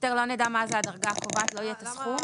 יותר לא נדע מה הדרגה הקובעת, לא יהיה את הסכום.